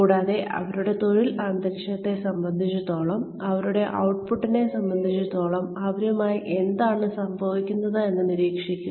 കൂടാതെ അവരുടെ തൊഴിൽ അന്തരീക്ഷത്തെ സംബന്ധിച്ചിടത്തോളം അവരുടെ ഔട്ട്പുട്ടിനെ സംബന്ധിച്ചിടത്തോളം അവരുമായി എന്താണ് സംഭവിക്കുന്നതെന്ന് നിരീക്ഷിക്കുക